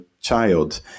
child